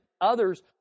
others